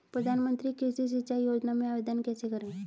प्रधानमंत्री कृषि सिंचाई योजना में आवेदन कैसे करें?